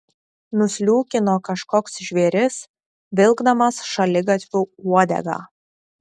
nusliūkino kažkoks žvėris vilkdamas šaligatviu uodegą